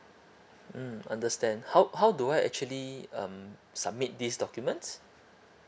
mm understand how how do I actually um submit these documents